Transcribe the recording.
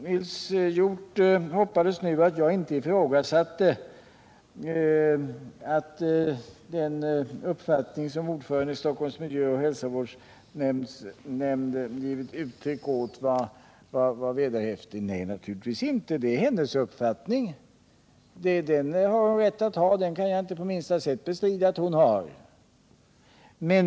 Nils Hjorth hoppades att jag inte ifrågasatte att den uppfattning som ordföranden i Stockholms miljöoch hälsovårdsnämnd givit uttryck åt var vederhäftig. Nej, naturligtvis inte: det är hennes uppfattning, och jag kan inte på minsta sätt bestrida att hon har den.